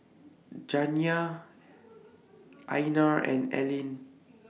Janiya Einar and Alene